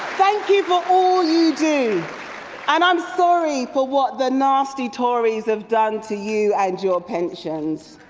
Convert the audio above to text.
thank you for all you do and i'm sorry for what the nasty tories have done to you and your pensions.